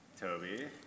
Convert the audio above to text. Toby